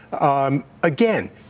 Again